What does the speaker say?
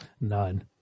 None